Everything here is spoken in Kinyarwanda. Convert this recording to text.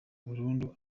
burundu